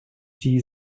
die